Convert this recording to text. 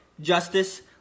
justice